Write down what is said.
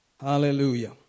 hallelujah